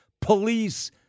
police